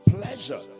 pleasure